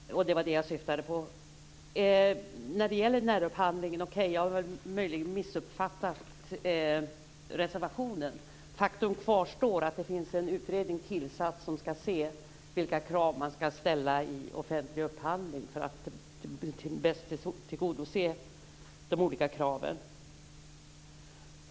När det gäller närupphandlingen har jag möjligen missuppfattat reservationen. Faktum kvarstår, nämligen att det finns en utredning tillsatt som skall se vilka krav som man skall ställa vid offentlig upphandling för att bäst tillgodose de olika kraven.